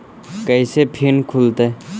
कैसे फिन खुल तय?